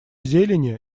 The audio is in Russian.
зелени